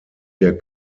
der